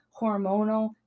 hormonal